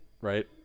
right